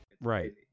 Right